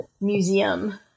museum